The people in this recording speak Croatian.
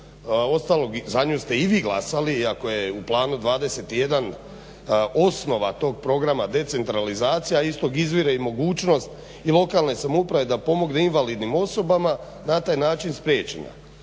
za nju ste i vi glasali iako je u Planu 21. osnova tog programa decentralizacija a istoga izvire i mogućnost i lokalne samouprave da pomogne invalidnim osobama, na taj način spriječena.